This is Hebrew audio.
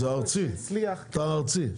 הארצי, אתה הארצי.